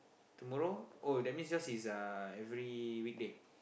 tomorrow oh that means yours is uh every weekday